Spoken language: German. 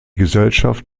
gesellschaft